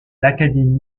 l’académie